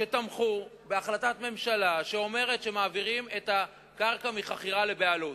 תמכתם בהחלטת הממשלה שאמרה שמעבירים את הקרקע מחכירה לבעלות.